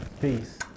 Peace